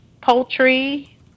poultry